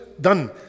done